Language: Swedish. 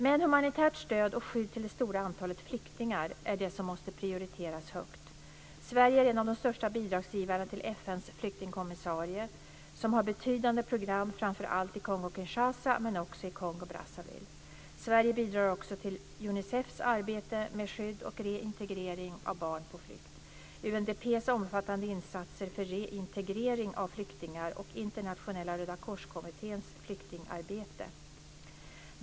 Men humanitärt stöd och skydd till det stora antalet flyktingar är det som måste prioriteras högst. Sverige är en av de största bidragsgivarna till FN:s flyktingkommissarie, som har betydande program framför allt i Kongo-Kinshasa, men också i Kongo-Brazzaville. Sverige bidrar också till Unicefs arbete med skydd och reintegrering av barn på flykt, UNDP:s omfattande insatser för reintegrering av flyktingar och Internationella Röda korskommitténs flyktingarbete.